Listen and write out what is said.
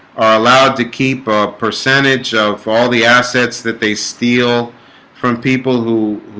are allowed to keep a percentage of all the assets that they steal from people who?